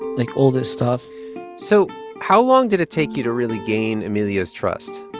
like all this stuff so how long did it take you to really gain emilio's trust?